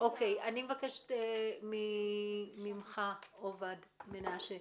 אני מבקשת ממך, עובד מנשה,